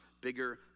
bigger